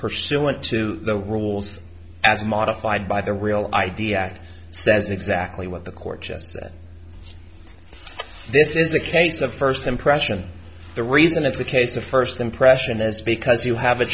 pursuant to the rules as modified by the real idea says exactly what the court has this is a case of first impression the reason it's a case of first impression is because you have a